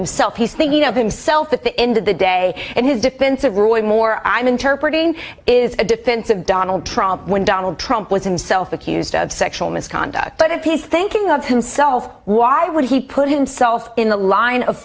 himself he's thinking of himself at the end of the day and his defense of really more i'm interpreter is a defense of donald trump when donald trump was him self accused of sexual misconduct but if he's thinking of himself why would he put himself in the line of